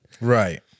Right